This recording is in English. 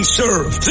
serve